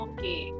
Okay